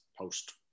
post